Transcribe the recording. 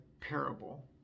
parable